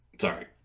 Sorry